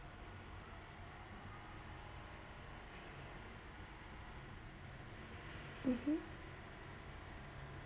mmhmm